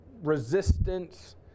resistance